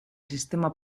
sistema